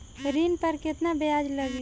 ऋण पर केतना ब्याज लगी?